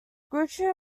groucho